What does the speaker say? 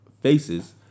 faces